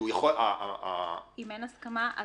אם אין הסכמה,